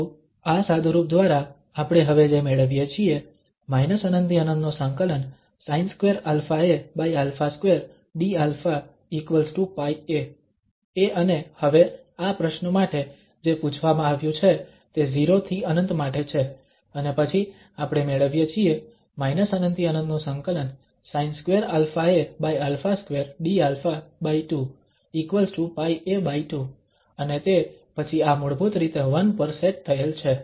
તો આ સાદુરૂપ દ્વારા આપણે હવે જે મેળવીએ છીએ ∞∫∞ sin2αaα2 dαπa એ અને હવે આ પ્રશ્ન માટે જે પૂછવામાં આવ્યું છે તે 0 થી ∞ માટે છે અને પછી આપણે મેળવીએ છીએ ∞∫∞ sin2αaα2 dα2πa2 અને તે પછી આ મૂળભૂત રીતે 1 પર સેટ થયેલ છે